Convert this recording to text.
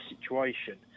situation